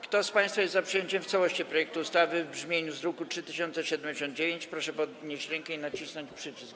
Kto z państwa jest za przyjęciem w całości projektu ustawy w brzmieniu z druku nr 3079, proszę podnieść rękę i nacisnąć przycisk.